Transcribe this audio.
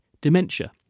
dementia